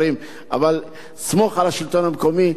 עושה הנחות איפה שאי-אפשר לעשות הנחות.